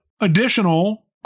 additional